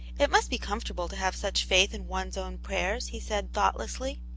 it must be comfortable to have such faith in one s own prayers, he said, thoughtlessly.